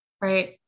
Right